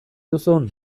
duzun